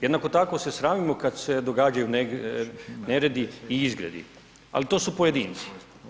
Jednako tako se sramimo kada se događaju neredi i izgredi, ali to su pojedinci.